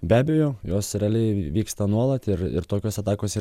be abejo jos realiai vyksta nuolat ir ir tokios atakos yra